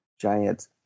giant